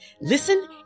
Listen